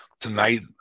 Tonight